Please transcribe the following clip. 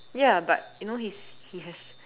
ya but you know he's he has